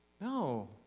No